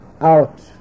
out